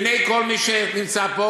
בעיני כל מי שנמצא פה,